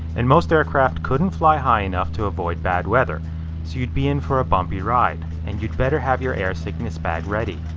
and most aircraft couldn't fly high enough to avoid bad weather, so you'd be in for a bumpy ride. and you'd better have your air sickness bag ready.